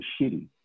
shitty